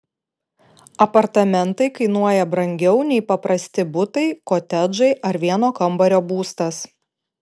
apartamentai kainuoja brangiau nei paprasti butai kotedžai ar vieno kambario būstas